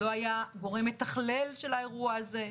לא היה גורם מתכלל של האירוע הזה,